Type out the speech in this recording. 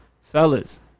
Fellas